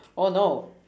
oh no